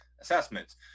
assessments